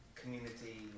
community